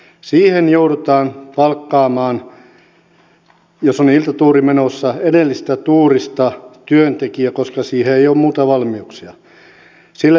siihen joudutaan palkkaamaan jos on iltatuuri menossa edellisestä tuurista työntekijä koska siihen ei ole muita valmiuksia